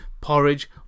Porridge